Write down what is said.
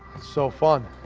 so fun.